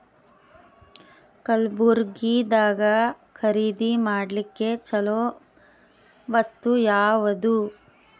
ಕಲಬುರ್ಗಿದಾಗ ಖರೀದಿ ಮಾಡ್ಲಿಕ್ಕಿ ಚಲೋ ವಸ್ತು ಯಾವಾದು?